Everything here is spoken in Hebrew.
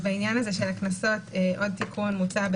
בעניין הקנסות עוד תיקון מוצע,